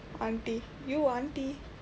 aunty you aunty